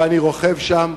ואני רוכב שם.